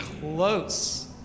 Close